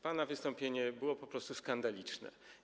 Pana wystąpienie było po prostu skandaliczne.